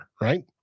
right